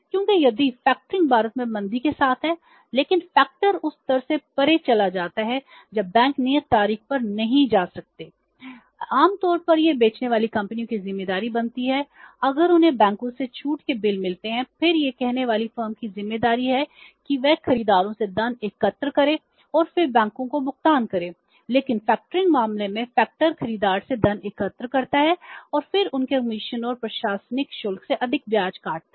क्योंकि यद्यपि फैक्टरिंग भारत में मंदी के साथ है लेकिन फैक्टर खरीदार से धन एकत्र करता है और फिर उनके कमीशन और प्रशासनिक शुल्क से अधिक ब्याज काटता है